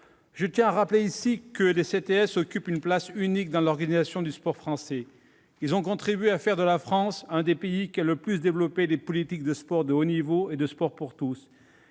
Je tiens à rappeler ici que les CTS occupent une place unique dans l'organisation du sport français. Ils ont contribué à faire de la France l'un des pays ayant le plus développé des politiques de sport de haut niveau et de sport pour tous.